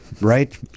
right